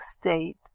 state